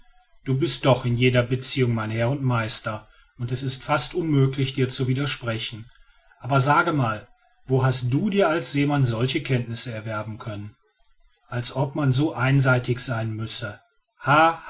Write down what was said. du bist doch in jeder beziehung mein herr und meister und es ist fast unmöglich dir zu widersprechen aber sage mal wo hast du dir als seemann solche kenntnisse erwerben können als ob man so einseitig sein müsse